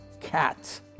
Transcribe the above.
cat